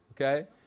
okay